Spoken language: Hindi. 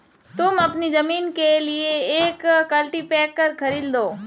तुम अपनी जमीन के लिए एक कल्टीपैकर खरीद लो